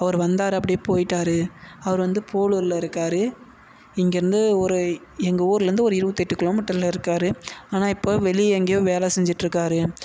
அவர் வந்தார் அப்படியே போய்ட்டாரு அவர் வந்து போலூரில் இருக்கார் இங்கேயிருந்து ஒரு எங்கள் ஊர்லேயிருந்து ஒரு இருபத்தெட்டு கிலோமீட்டரில் இருக்கார் ஆனால் இப்போது வெளியே எங்கேயோ வேலை செஞ்சிட்ருக்கார்